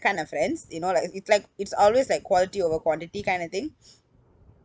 kind of friends you know like it it's like it's always like quality over quantity kind of thing